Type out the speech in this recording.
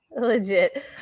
Legit